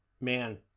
man